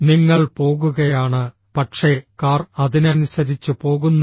നിങ്ങൾ പോകുകയാണ് പക്ഷേ കാർ അതിനനുസരിച്ച് പോകുന്നില്ല